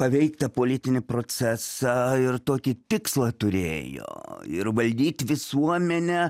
paveikt tą politinį procesą ir tokį tikslą turėjo ir valdyt visuomenę